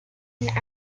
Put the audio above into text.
and